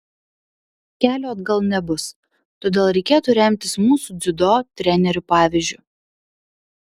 kelio atgal nebus todėl reikėtų remtis mūsų dziudo trenerių pavyzdžiu